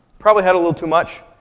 probably had a little too much.